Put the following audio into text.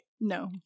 No